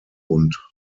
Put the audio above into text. und